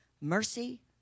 Mercy